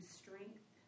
strength